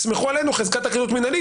תסמכו עלינו, חזקת תקינות מנהלית.